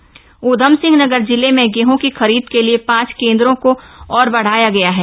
गेहं खरीद केंद्र ऊधमसिंहनगर जिले में गेहं की खरीद के लिए पांच केन्द्रों को और बढ़ाया गया है